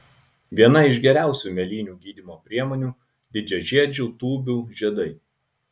viena iš geriausių mėlynių gydymo priemonių didžiažiedžių tūbių žiedai